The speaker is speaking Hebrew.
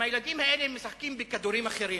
עם הילדים האלה הם משחקים בכדורים אחרים,